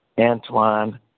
Antoine